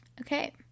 Okay